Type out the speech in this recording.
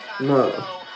No